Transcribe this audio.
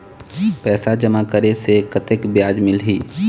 पैसा जमा करे से कतेक ब्याज मिलही?